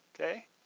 okay